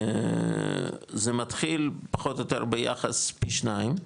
זה מתחיל, פחות, או יותר, ביחס, פי שניים,